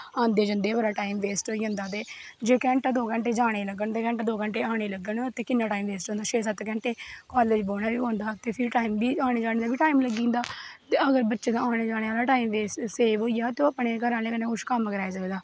औंदै जंदै गै बड़ा टाईम वेस्ट होई जंदा ते जे घैंटे दो घैंटे जाने गी लग्गन घैंटा दो घैटे आनें गी लग्गन ते ते किन्ना टाईम वेस्ट होंदा छे सत्त घैटे कालेज बौह्ना बी पौंदा ते फिर आह्ने जाने दा बी टाईम लग्गी जंदा ते अगर बच्चें दा आनें जानें आह्ला टाईम सेफ होई जा ते ओह् अपने घरे आह्लें कन्नै किश कम्म कराई सकदा